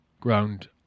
ground